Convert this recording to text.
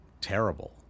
terrible